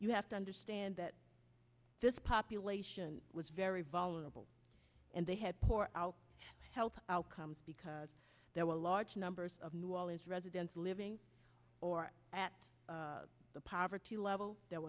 you have to understand that this population was very vulnerable and they had poor out help outcomes because there were large numbers of new orleans residents living or at the poverty level th